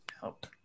help